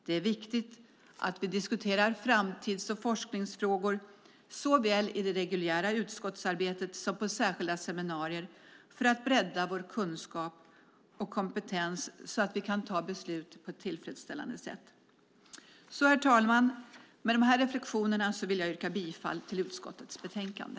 Det är viktigt att vi diskuterar framtids och forskningsfrågor såväl i det reguljära utskottsarbetet som på särskilda seminarier för att bredda vår kunskap och kompetens så att vi kan ta beslut på ett tillfredsställande sätt. Herr talman! Med dessa reflexioner vill jag yrka bifall till förslaget i utskottets betänkande.